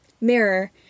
mirror